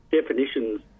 definitions